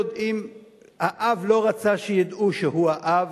שהאב לא רצה שידעו שהוא האב,